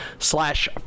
Slash